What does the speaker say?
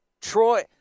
Troy